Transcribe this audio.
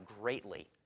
greatly